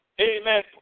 Amen